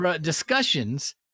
discussions